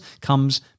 comes